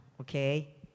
Okay